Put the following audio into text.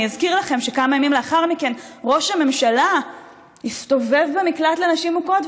אני אזכיר לכם שכמה ימים לאחר מכן ראש הממשלה הסתובב במקלט לנשים מוכות,